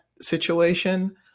situation